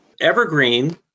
Evergreen